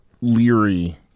leery